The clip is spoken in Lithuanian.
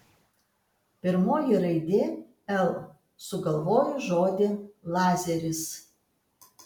pirmoji raidė l sugalvoju žodį lazeris